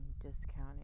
discounting